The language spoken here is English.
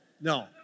No